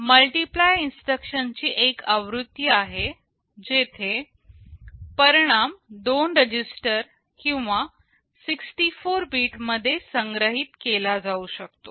multiply instruction ची एक आवृत्ती आहे जेथे परिणाम दोन रजिस्टर किंवा 64 बीट मध्ये संग्रहीत केला जाऊ शकतो